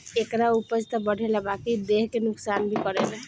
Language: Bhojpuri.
एकरा उपज त बढ़ेला बकिर देह के नुकसान भी करेला